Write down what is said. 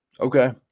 Okay